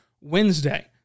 Wednesday